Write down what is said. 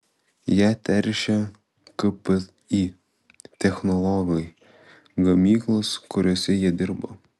ją teršia kpi technologai gamyklos kuriose jie dirba